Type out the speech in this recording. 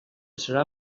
serà